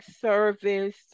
service